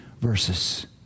verses